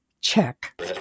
check